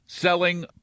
Selling